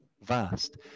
vast